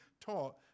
taught